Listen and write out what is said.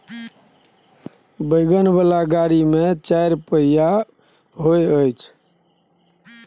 wagon बला गाड़ी मे चारिटा पहिया होइ छै